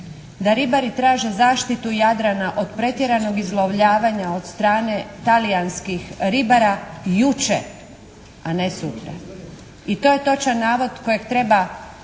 da ribari traže zaštitu Jadrana od pretjeranog izlovljavanja od strane talijanskih ribara jučer, a ne sutra. I to je točan navod kojeg treba